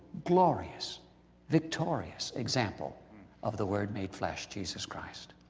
glorious victorious example of the word made flesh jesus christ.